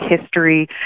history